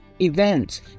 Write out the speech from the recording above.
events